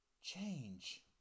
Change